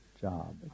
job